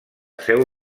seu